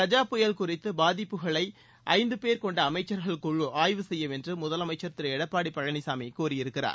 கஜா புயல் குறித்த பாதிப்புகளை ஐந்து பேர் கொண்ட அமைச்சர்கள் குழு ஆய்வு செய்யும் என்று முதலமைச்சர் திரு எடப்பாடி பழனிசாமி கூறியிருக்கிறார்